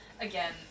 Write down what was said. Again